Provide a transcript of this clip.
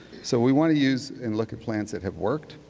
so we want to use and look at plans that have worked.